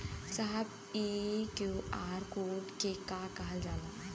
साहब इ QR code के के कहल जाला?